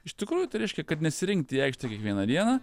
iš tikrųjų tai reiškia kad nesirinkti į aikštę kiekvieną dieną